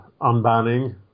unbanning